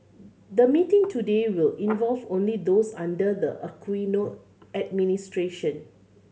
the meeting today will involve only those under the Aquino administration